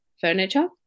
furniture